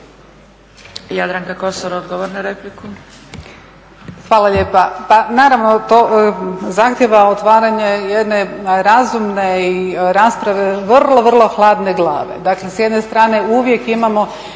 Jadranka Kosor, odgovor na repliku.